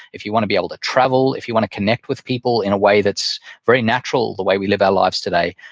if you want to be able to travel, if you want to connect with people in a way that's very natural the way we live our lives today,